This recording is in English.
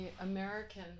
American